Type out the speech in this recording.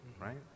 right